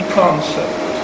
concept